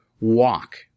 walk